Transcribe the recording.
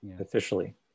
officially